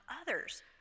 others